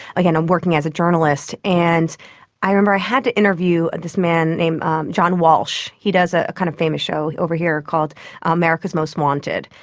again, i'm working as a journalist. and i remember i had to interview this man named john walsh, he does a kind of famous show over here called america's most wanted,